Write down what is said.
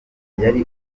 yari